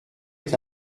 est